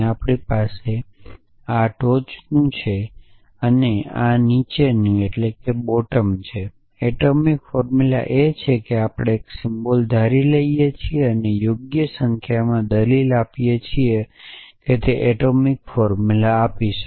આપણી પાસે આ ટોચનું છે અને નીચેનું છે એટોમિક ફોર્મુલા એ છે કે આપણે એક સિમ્બોલ ધારી લઈએ છીએ અને યોગ્ય સંખ્યામાં દલીલો આપીએ છીએ તે એટોમિક ફોર્મુલા આપે છે